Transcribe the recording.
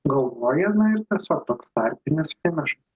galvojame ir tiesiog toks tarpinis finišas